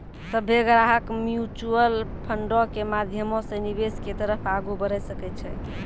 सभ्भे ग्राहक म्युचुअल फंडो के माध्यमो से निवेश के तरफ आगू बढ़ै सकै छै